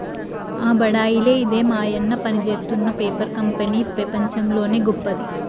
ఆ బడాయిలే ఇదే మాయన్న పనిజేత్తున్న పేపర్ కంపెనీ పెపంచంలోనే గొప్పది